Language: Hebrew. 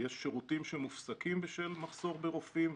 יש שירותים שמופסקים בשל מחסור ברופאים,